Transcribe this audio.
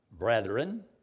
brethren